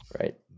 Right